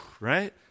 right